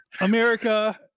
america